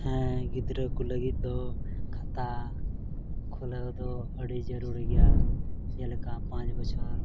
ᱦᱮᱸ ᱜᱤᱫᱽᱨᱟᱹ ᱠᱚ ᱞᱟᱹᱜᱤᱫ ᱫᱚ ᱠᱷᱟᱛᱟ ᱠᱷᱩᱞᱟᱹᱣ ᱫᱚ ᱟᱹᱰᱤ ᱡᱟᱹᱨᱩᱨᱤ ᱜᱮᱭᱟ ᱪᱮᱫ ᱞᱮᱠᱟ ᱯᱟᱸᱪ ᱵᱚᱪᱷᱚᱨ